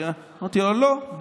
אמרתי לו: לא,